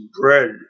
bread